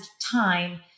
time